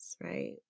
right